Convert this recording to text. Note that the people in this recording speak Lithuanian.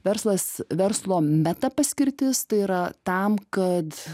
verslas verslo meta paskirtis tai yra tam kad